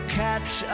catch